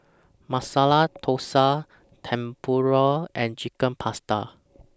Masala Dosa Tempura and Chicken Pasta